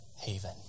haven